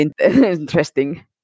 interesting